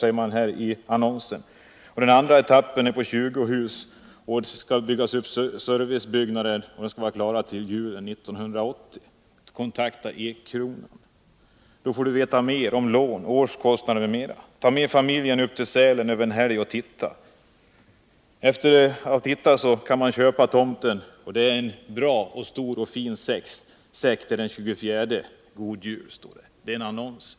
Den andra etappens 20 hus och servicebyggnaden blir klara till julen 1980. Kontakta oss på Ekkronan, så får du veta mer om lån, årskostnader m.m. Eller ta med familjen upp till Sälen över en helg och titta. Efter det får nog tomten köpa en större säck till den 24:e. God Jul!” Denna annons är införd av Ekkronan.